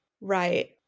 Right